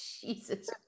jesus